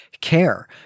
care